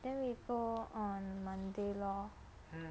then we go on monday lor